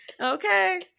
okay